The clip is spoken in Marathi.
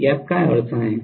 यात काय अडचण आहे